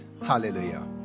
hallelujah